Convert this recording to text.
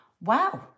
Wow